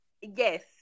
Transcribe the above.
Yes